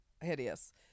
hideous